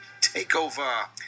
Takeover